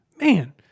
man